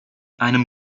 einem